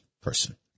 person